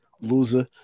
loser